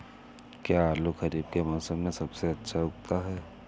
क्या आलू खरीफ के मौसम में सबसे अच्छा उगता है?